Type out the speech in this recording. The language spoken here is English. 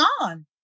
on